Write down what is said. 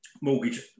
mortgage